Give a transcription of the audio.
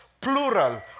plural